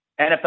NFL